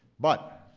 but